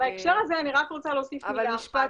בהקשר הזה, אני רק רוצה להוסיף מילה אחת.